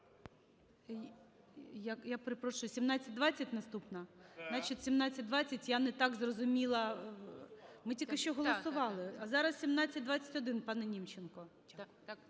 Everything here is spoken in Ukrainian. Я перепрошую, 1720 – наступна? Значить, 1720. Я не так зрозуміла. Ми тільки що голосували, а зараз – 1721, пане Німченко.